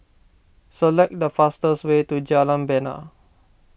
select the fastest way to Jalan Bena